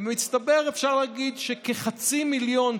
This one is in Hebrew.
במצטבר אפשר להגיד שכחצי מיליון,